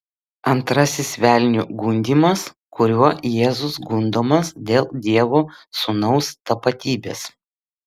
antrasis velnio gundymas kuriuo jėzus gundomas dėl dievo sūnaus tapatybės